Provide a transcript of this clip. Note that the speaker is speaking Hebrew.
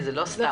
זה לא סתם.